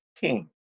king